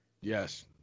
Yes